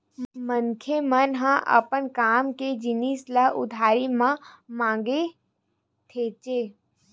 मनखे मन ह अपन काम के जिनिस ल उधारी म मांगथेच्चे